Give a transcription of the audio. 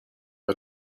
the